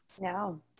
No